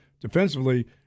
defensively